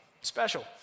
special